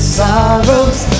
sorrows